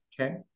Okay